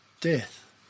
Death